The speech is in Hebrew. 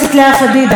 חברת הכנסת לאה פדידה,